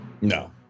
No